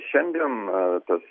šiandien a tas